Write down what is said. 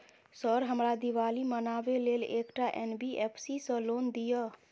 Sir हमरा दिवाली मनावे लेल एकटा एन.बी.एफ.सी सऽ लोन दिअउ?